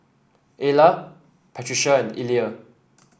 Ayla Patricia and Illya